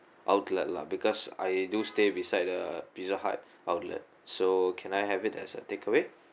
outlet lah because I do stay beside the pizza hut outlet so can I have it as a takeaway